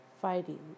fighting